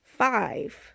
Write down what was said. Five